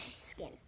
skin